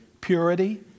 purity